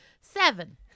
seven